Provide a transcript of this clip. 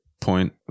point